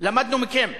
למדנו מכם.